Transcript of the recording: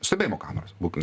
stebėjimo kameras būkim